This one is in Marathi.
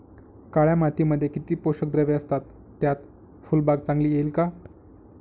काळ्या मातीमध्ये किती पोषक द्रव्ये असतात, त्यात फुलबाग चांगली येईल का?